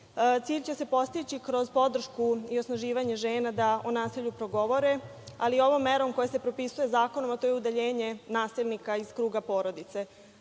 će se postići kroz podršku i osnaživanje žena da o nasilju progovore, ali ovom merom koja se propisuje zakonom, a to je udaljenje nasilnika iz kruga porodice,